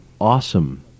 awesome